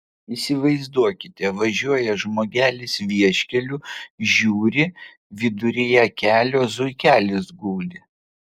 įsivaizduokite važiuoja žmogelis vieškeliu žiūri viduryje kelio zuikelis guli